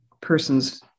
persons